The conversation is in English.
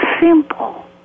simple